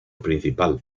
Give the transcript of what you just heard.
principal